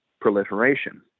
proliferation